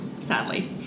sadly